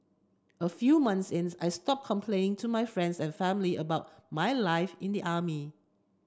a few months in I stop complaining to my friends and family about my life in the army